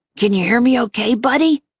can you hear me okay, buddy?